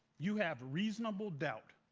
you have reasonable doubt,